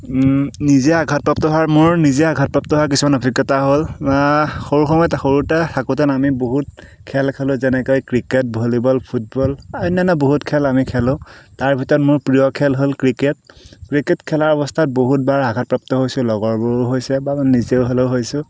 নিজে আঘাতপ্ৰাপ্ত হোৱা মোৰ নিজে আঘাতপ্ৰাপ্ত কিছুমান অভিজ্ঞতা হ'ল সৰু সময়ত সৰুতে থাকোতে আমি বহুত খেল খেলো যেনেকৈ ক্ৰিকেট ভলীবল ফুটবল অন্যান্য বহুত খেল আমি খেলো তাৰ ভিতৰত মোৰ প্ৰিয় খেল হ'ল ক্ৰিকেট ক্ৰিকেট খেলাৰ অৱস্থাত বহুতবাৰ আঘাতপ্ৰাপ্ত হৈছো লগৰবোৰো হৈছে বা নিজে হ'লেও হৈছো